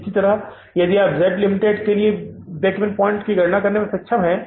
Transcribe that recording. इसी तरह आप जेड लिमिटेड के लिए ब्रेक ईवन पॉइंट की गणना करने में सक्षम होंगे